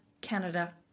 canada